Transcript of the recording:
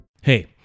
Hey